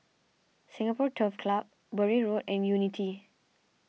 Singapore Turf Club Bury Road and Unity